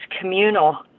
communal